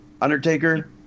Undertaker